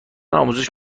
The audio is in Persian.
آموزش